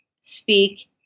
speak